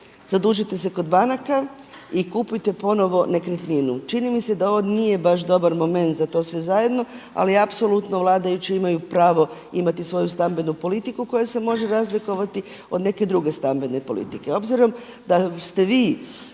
zadužite se kod banaka i kupujte ponovno nekretninu. Čini mi se da ovo nije baš dobar moment za to sve zajedno ali apsolutno vladajući imaju pravo imati svoju stambenu politiku koja se može razlikovati od neke druge stambene politike.